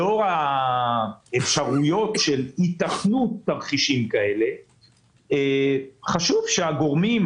לאור האפשרויות של היתכנות תרחישים כאלה חשוב שהגורמים,